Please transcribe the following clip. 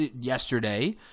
yesterday